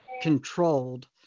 controlled